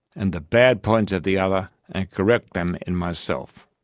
and the bad points of the other and correct them in myself.